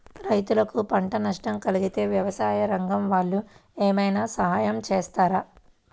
రైతులకు పంట నష్టం కలిగితే వ్యవసాయ రంగం వాళ్ళు ఏమైనా సహాయం చేస్తారా?